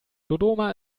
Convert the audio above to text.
dodoma